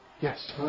Yes